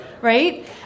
Right